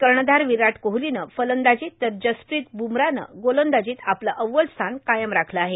कर्णधार विराट कोहलीनं फलंदाजीत तर जसप्रित ब्रमराहनं गोलंदाजीत आपलं अव्वल स्थान कायम राखलं आहे